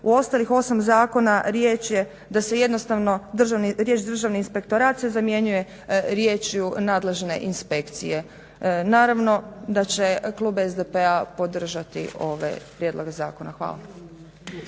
U ostalih 8 zakona riječ je da se jednostavno, riječ "državni inspektorat" se zamjenjuje riječju "nadležne inspekcije". Naravno da će klub SDP-a podržati ove prijedloge zakona. Hvala.